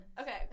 Okay